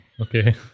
Okay